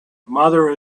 mother